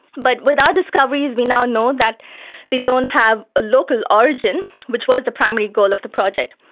but without discoveries we now know that they don't have a local origin, which was the primary goal of the project.